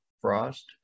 Frost